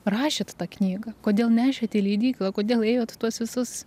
rašėt tą knygą kodėl nešėt į leidyklą kodėl ėjot tuos visus